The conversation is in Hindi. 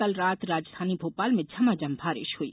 कल रात राजधानी भोपाल में झमाझम बारिश हुई